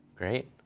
great.